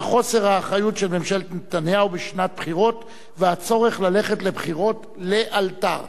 וחוסר האחריות של ממשלת נתניהו בשנת בחירות והצורך ללכת לבחירות לאלתר.